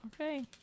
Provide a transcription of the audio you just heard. Okay